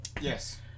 Yes